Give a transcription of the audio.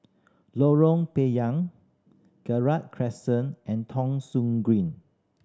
Lorong Payah Gerald Crescent and Thong Soon Green